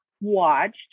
watched